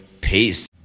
Peace